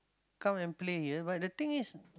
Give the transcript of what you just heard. come and play but the thing is